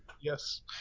Yes